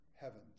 heavens